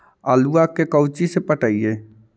आलुआ के कोचि से पटाइए?